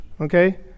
Okay